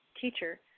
teacher